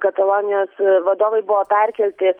katalonijos vadovai buvo perkelti